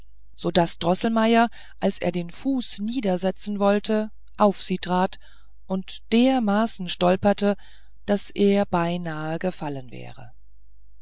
so daß droßelmeier als er den fuß niedersetzen wollte auf sie trat und dermaßen stolperte daß er beinahe gefallen wäre